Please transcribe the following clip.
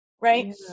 right